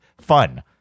fun